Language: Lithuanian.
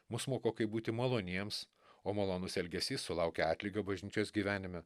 mus moko kaip būti maloniems o malonus elgesys sulaukia atlygio bažnyčios gyvenime